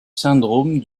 syndrome